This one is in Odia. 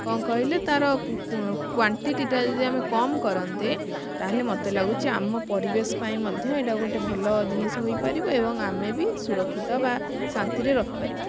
କ'ଣ କହିଲେ ତାର କ୍ଵାନ୍ଟିଟିଟା ଯଦି କମ କରନ୍ତେ ତାହେଲେ ମୋତେ ଲାଗୁଛି ଆମ ପରିବେଶ ପାଇଁ ମଧ୍ୟ ଏଇଟା ଗୋଟେ ଭଲ ଜିନିଷ ହୋଇପାରିବ ଏବଂ ଆମେ ବି ସୁରକ୍ଷିତ ବା ଶାନ୍ତି ରେ ରହିପାରିବା